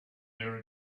there